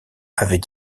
avait